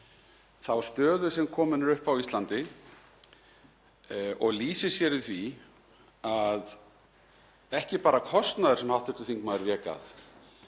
þá stöðu sem komin er upp á Íslandi og lýsir sér í því að ekki bara kostnaður, sem hv. þingmaður vék að,